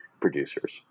producers